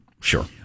Sure